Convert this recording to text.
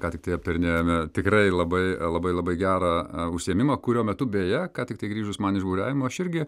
ką tik tai aptarinėjome tikrai labai labai labai gerą užsiėmimą kurio metu beje ką tik tai grįžus man iš buriavimo aš irgi